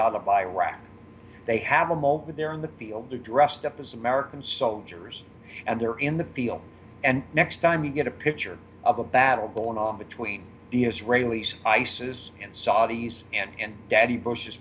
out of iraq they have a mole that they're in the field they're dressed up as american soldiers and they're in the field and next time you get a picture of a battle going on between the israelis isis and saudis and daddy bush is